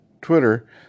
Twitter